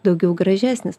daugiau gražesnis